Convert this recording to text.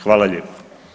Hvala lijepo.